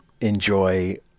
enjoy